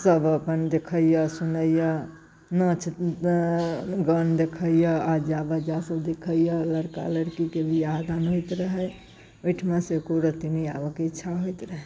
सब अपन देखैए सुनैए नाच गान देखैए आजा बाजासब देखैए लड़का लड़कीके बिआहदान होइत रहै ओहिठामसँ एको रत्ती नहि आबऽके इच्छा होइत रहै